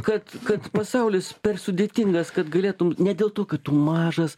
kad kad pasaulis per sudėtingas kad galėtum ne dėl to kad tu mažas